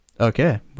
Okay